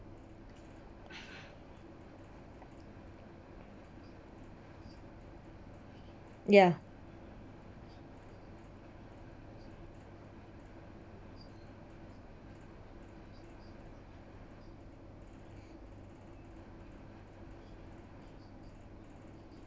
ya